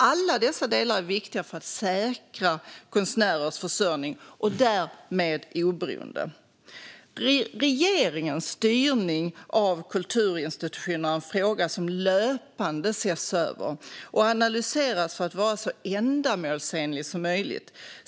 Alla dessa delar är viktiga för att säkra konstnärers försörjning och därmed oberoende. Regeringens styrning av kulturinstitutionerna är en fråga som löpande ses över och analyseras för att den ska vara så ändamålsenlig som möjligt.